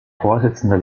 vorsitzender